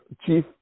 chief